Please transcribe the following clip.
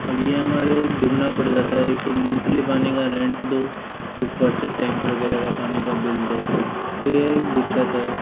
अब यह हमारे दुगना पड़ जाता है एक तो मंथली पानी का रेंट दो ऊपर से टैंक वगैरह का पानी का बिल दो तो यह एक दिक्कत है